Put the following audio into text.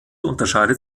unterscheidet